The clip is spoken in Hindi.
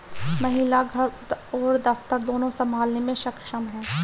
महिला घर और दफ्तर दोनो संभालने में सक्षम हैं